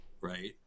right